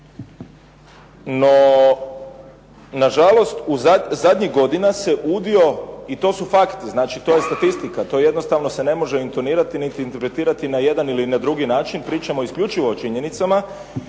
No, nažalost u zadnjih godina se udio, i to su fakti, znači to je statistika, to jednostavno se ne može intonirati niti interpretirati na jedan ili drugi način, pričamo isključivo u činjenicama,